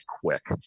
quick